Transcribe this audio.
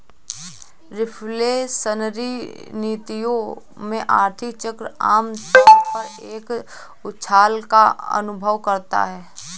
reflationary नीतियों में, आर्थिक चक्र आम तौर पर एक उछाल का अनुभव करता है